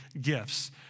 gifts